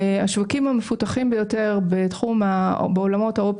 השווקים המפותחים ביותר בעולמות ה-Open